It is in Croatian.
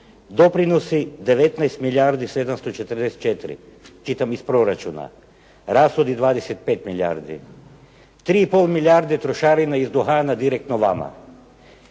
Doprinosi 19 milijardi 744, čitam iz proračuna. Rashodi 25 milijardi, 3,5 milijarde trošarina iz duhana direktno vama.